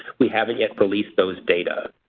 we haven't yet released those data.